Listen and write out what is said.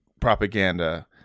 propaganda